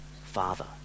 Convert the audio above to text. father